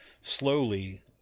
slowly